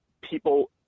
people –